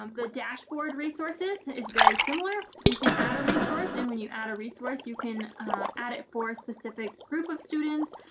um the dashboard resources is very similar. you can add a resource and when you add a resource you can add it for a specific group of students.